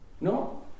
No